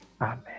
Amen